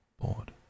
bored